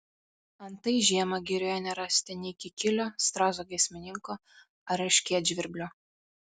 antai žiemą girioje nerasite nei kikilio strazdo giesmininko ar erškėtžvirblio